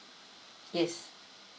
yes